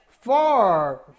far